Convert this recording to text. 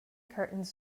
curtains